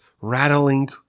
rattling